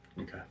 Okay